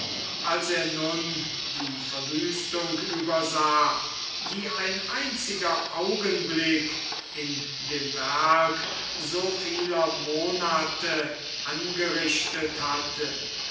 als er nun die verwüstung übersah die ein einziger augenblick in dem werk so vieler monate angerichtet hatte